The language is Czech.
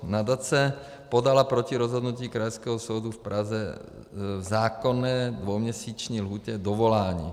Nadace podala proti rozhodnutí Krajského soudu v Praze v zákonné dvouměsíční lhůtě dovolání.